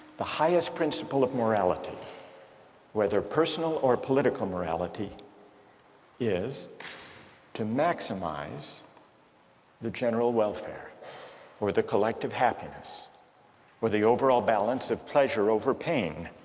the highest principle of morality whether personal or political morality is to maximize the general welfare or the collective happiness or the overall balance of pleasure over pain